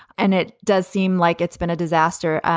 and it does seem like it's been a disaster.